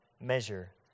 measure